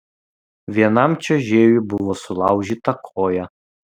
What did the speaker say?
vienam čiuožėjui buvo sulaužyta koja